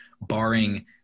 barring